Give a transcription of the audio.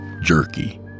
jerky